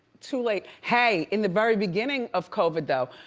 too late. hey, in the very beginning of covid though,